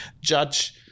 judge